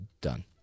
done